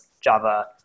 Java